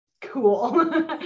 Cool